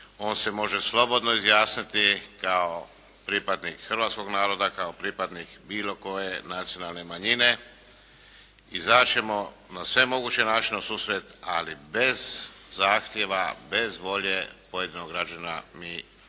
On se može slobodno izjasniti kao pripadnik Hrvatskog naroda, kao pripadnik bilo koje nacionalne manjine. Izaći ćemo na sve moguće načine u susret, ali bez zahtjeva, bez volje pojedinog građanina mi